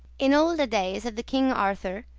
in olde dayes of the king arthour,